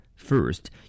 First